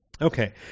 Okay